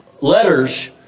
letters